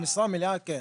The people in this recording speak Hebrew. במקרה מלאה כן.